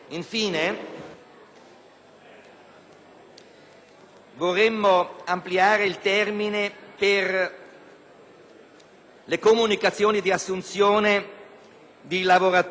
vorremmo ampliare il termine per le comunicazioni di assunzione di lavoratori. È previsto dalla nuova legislazione